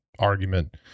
argument